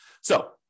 So-